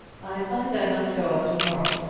i find i must go up to-morrow,